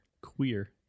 Queer